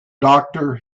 doctor